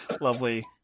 lovely